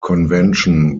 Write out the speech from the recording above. convention